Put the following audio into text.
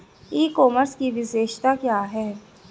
ई commerce की विशेषताएं क्या हैं?